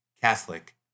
Catholic